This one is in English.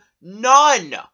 none